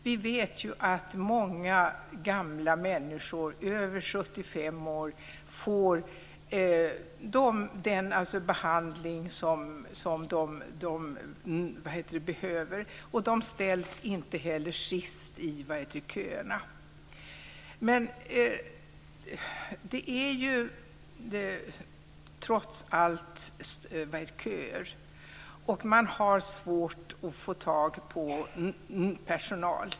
Vi vet ju att många gamla människor, över 75 år, får den behandling de behöver. De ställs inte heller sist i köerna. Men trots allt finns det köer. Man har svårt att få tag på personal.